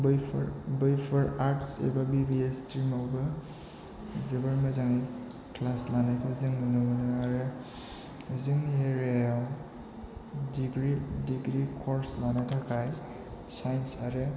बैफोर आर्ट्स आरो B B A स्ट्रिमावबो जोबोर मोजां क्लास लानायखौ जों नुनो मोनो आरो जोंनि एरियायाव डिग्रि डिग्रि कर्स लानो थाखाय साइन्स आरो